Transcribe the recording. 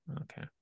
Okay